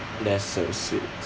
that's so sweet